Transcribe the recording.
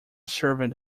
servant